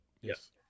Yes